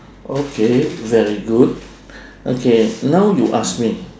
okay very good okay now you ask me